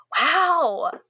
wow